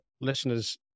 listeners